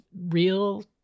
real